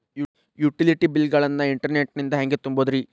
Utility bill ಗಳನ್ನ internet ನಿಂದ ಹೆಂಗ್ ತುಂಬೋದುರಿ?